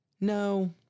No